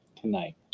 tonight